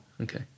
okay